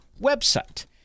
website